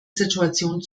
situation